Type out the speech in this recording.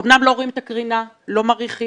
אמנם לא רואים את הקרינה, לא מריחים,